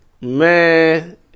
Man